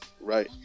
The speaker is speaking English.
Right